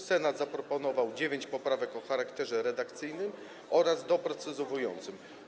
Senat zaproponował dziewięć poprawek o charakterze redakcyjnym oraz doprecyzowującym.